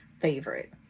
favorite